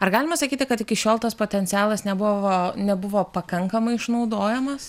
ar galima sakyti kad iki šiol tas potencialas nebuvo nebuvo pakankamai išnaudojamas